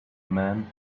man